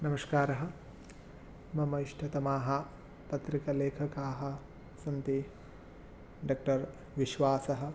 नमस्कारः मम इष्टतमाः पत्रिकालेखकाः सन्ति डक्टर् विश्वासः